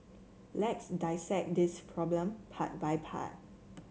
let's dissect this problem part by part